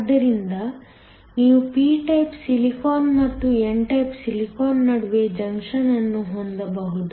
ಆದ್ದರಿಂದ ನೀವು p type silicon ಮತ್ತು n ಟೈಪ್ ಸಿಲಿಕಾನ್ ನಡುವೆ ಜಂಕ್ಷನ್ ಅನ್ನು ಹೊಂದಬಹುದು